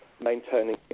maintaining